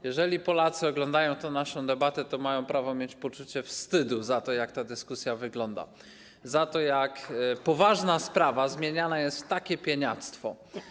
Jeżeli Polacy oglądają tę naszą debatę, to mają prawo mieć poczucie wstydu za to, jak ta dyskusja wygląda, za to, jak poważna sprawa zmieniana jest w takie pieniactwo.